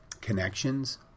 connections